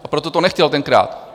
A proto to nechtěl tenkrát.